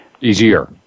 Easier